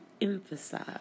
emphasize